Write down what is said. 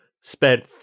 spent